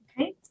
Okay